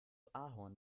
ahorn